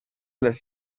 les